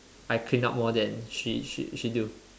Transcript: I clean up more than she she she do